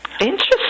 Interesting